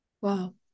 Wow